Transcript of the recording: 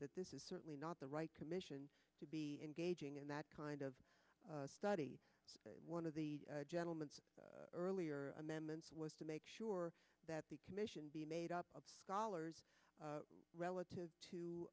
that this is certainly not the right commission to be engaging in that kind of study one of the gentleman earlier amendments was to make sure that the commission be made up of scholars relative to